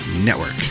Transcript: Network